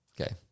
okay